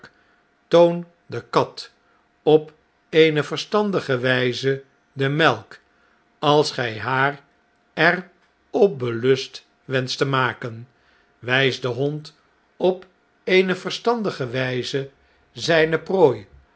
de kat op eene verstandige wgze de melk als gij haar er op belust wenscht te maken wjjs den hond op eene verstandige wjjze zijne prooi